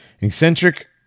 Eccentric